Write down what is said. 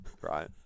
right